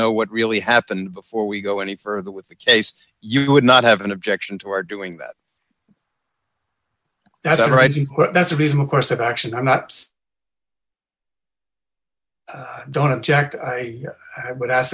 know what really happened before we go any further with the case you would not have an objection to are doing that that's a right that's a reasonable course of action i'm not don't object i would ask